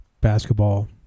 basketball